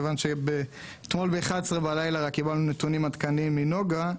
כיוון שרק אתמול ב-23:00 קיבלנו נתונים עדכניים מנגה.